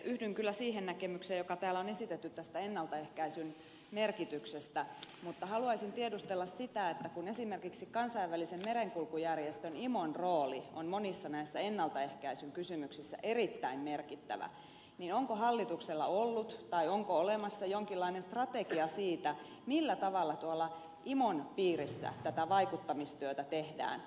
yhdyn kyllä siihen näkemykseen joka täällä on esitetty tästä ennaltaehkäisyn merkityksestä mutta haluaisin tiedustella sitä että kun esimerkiksi kansainvälisen merenkulkujärjestön imon rooli on monissa näissä ennaltaehkäisyn kysymyksissä erittäin merkittävä niin onko hallituksella ollut tai onko olemassa jonkinlainen strategia siitä millä tavalla tuolla imon piirissä tätä vaikuttamistyötä tehdään